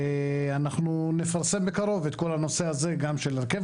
אנחנו נפרסם בקרוב את כל הנושא הזה גם של הרכב